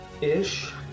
ish